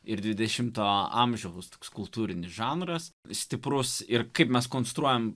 ir dvidešimto amžiaus toks kultūrinis žanras stiprus ir kaip mes konstruojame